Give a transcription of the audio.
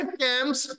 camps